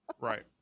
right